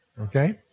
Okay